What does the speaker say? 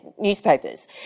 newspapers